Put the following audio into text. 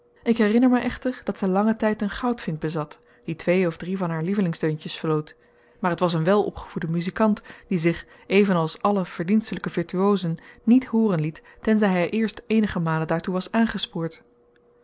ik herinner mij echter dat zij langen tijd een goudvink bezat die twee of drie van haar lievelingsdeuntjes floot maar het was een welopgevoede muziekant die zich even als alle verdienstelijke virtuosen niet hooren liet tenzij hij eerst eenige malen daartoe was aangespoord